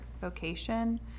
vocation